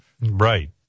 right